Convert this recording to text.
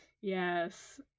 Yes